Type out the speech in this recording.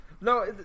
No